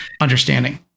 understanding